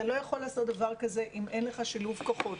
אתה לא יכול לעשות דבר כזה אם אין לך שילוב כוחות,